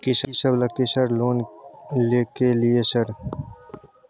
कि सब लगतै सर लोन ले के लिए सर?